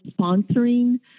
sponsoring